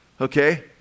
Okay